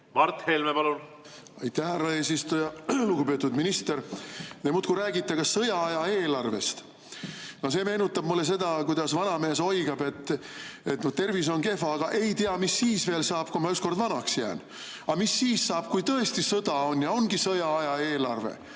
Mart Helme, palun! Aitäh, härra eesistuja! Lugupeetud minister! Te muudkui räägite sõjaaja eelarvest. See meenutab mulle seda, kuidas vana mees oigab, et tervis on kehva, aga ei tea, mis siis veel saab, kui ma ükskord vanaks jään. Aga mis siis saab, kui tõesti sõda on ja ongi sõjaaja eelarve?